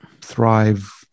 thrive